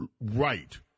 right